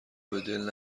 بدل